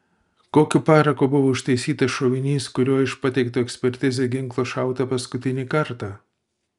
kokiu paraku buvo užtaisytas šovinys kuriuo iš pateikto ekspertizei ginklo šauta paskutinį kartą